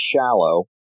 shallow